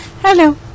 Hello